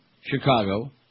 Chicago